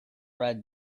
read